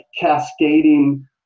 cascading